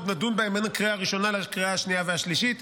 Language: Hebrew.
עוד נדון בהם בין הקריאה הראשונה לקריאה השנייה והשלישית.